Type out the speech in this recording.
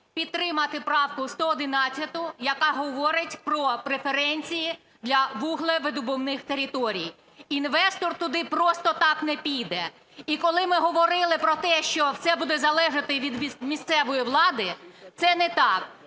підтримати правку 111, яка говорить про преференції для вуглевидобувних територій. Інвестор туди просто так не піде. І коли ми говорили про те, що все буде залежати від місцевої влади – це не так,